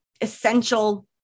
essential